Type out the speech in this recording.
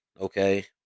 okay